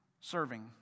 Serving